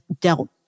dealt